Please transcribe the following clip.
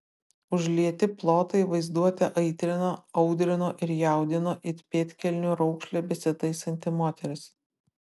užlieti plotai vaizduotę aitrino audrino ir jaudino it pėdkelnių raukšlę besitaisanti moteris